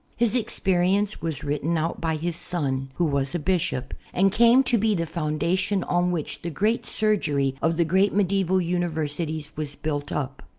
his experience was written out by his son, who was a bishop, and came to be the foundation on which the great surgery of the great medieval uni versities was built up.